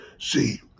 See